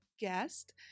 guest